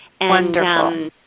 Wonderful